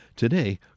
Today